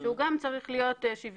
שהוא גם צריך להיות שוויוני,